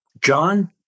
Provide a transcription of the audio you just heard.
John